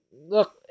look